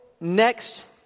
next